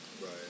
Right